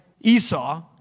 Esau